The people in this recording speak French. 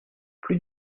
plus